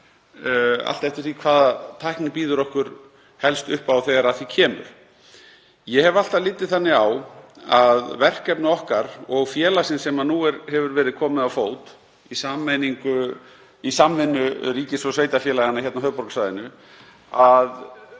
allt eftir því hvaða tæknin býður okkur helst upp á þegar að því kemur. Ég hef alltaf litið þannig á að verkefni okkar og félagsins, sem nú hefur verið komið á fót í samvinnu ríkis og sveitarfélaganna á höfuðborgarsvæðinu,